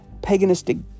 paganistic